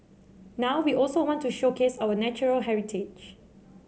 now we also want to showcase our natural heritage